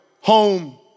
Home